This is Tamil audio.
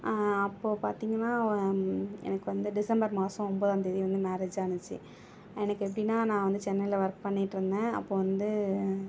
அப்போது பாத்திங்கன்னா எனக்கு வந்து டிசம்பர் மாதம் ஒன்பதாந்தேதி வந்து மேரேஜ் ஆணுச்சு எனக்கு எப்படின்னா நான் வந்து சென்னையில் ஒர்க் பண்ணிகிட்டு இருந்தேன் அப்போது வந்து